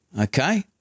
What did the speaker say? Okay